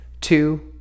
two